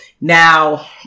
Now